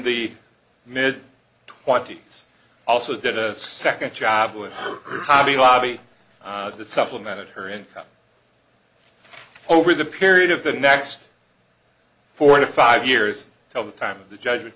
the mid twenty's also did a second job with her hobby lobby of that supplemented her income over the period of the next four to five years till the time of the judgement